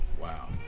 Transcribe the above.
Wow